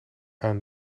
aan